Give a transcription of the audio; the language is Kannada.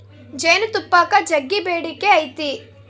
ಜೇನುತುಪ್ಪಕ್ಕ ಜಗ್ಗಿ ಬೇಡಿಕೆ ಐತೆ